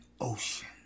ocean